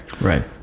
Right